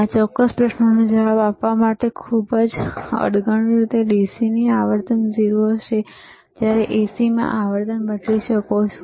આ ચોક્કસ પ્રશ્નનો જવાબ આપવા માટે ખૂબ જ અણઘડ રીતે DC ની આવર્તન 0 હશે જ્યારે AC માં તમે આવર્તન બદલી શકો છો